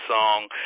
song